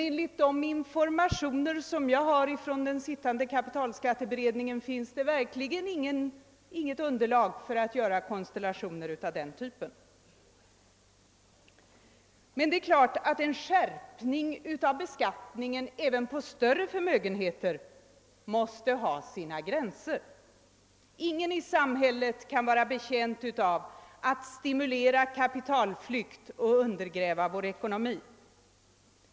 Enligt de informationer som jag har ifrån den sittande kapitalskatteberedningen finns det verkligen inget underlag för att göra konstellationer av den typen. Men det är klart att en skärpning av beskattningen även på större förmögenheter måste ha sina gränser. Ingen i samhället kan vara betjänt av att stimulera kapitalflykt och undergräva vår ekonomi.